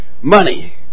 money